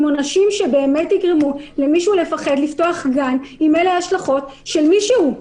עונשים שיגרמו למישהו לפתוח גן אם אלה ההשלכות של מישהו.